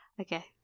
Okay